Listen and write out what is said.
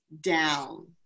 down